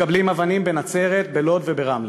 מקבלים אבנים בנצרת, בלוד וברמלה,